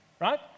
Right